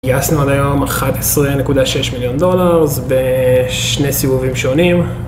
גייסנו עד היום 11.6 מיליון דולרס, ב...שני סיבובים שונים.